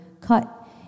cut